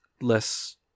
less